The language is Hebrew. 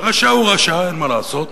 הרשע הוא רשע, אין מה לעשות.